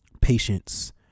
patience